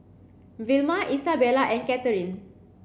Vilma Isabella and Katherine